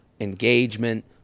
engagement